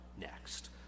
next